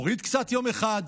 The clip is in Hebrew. הוריד קצת יום אחד,